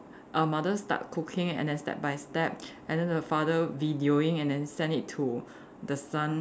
uh mother start cooking and then step by step and then the father videoing and then send it to the son